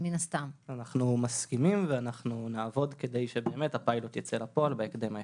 אנחנו מסכימים ואנחנו נעבוד כדי שבאמת הפיילוט יצא לפועל בהקדם האפשרי.